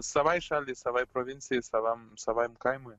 savai šaliai savai provincijai savam savajam kaimui